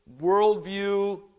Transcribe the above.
worldview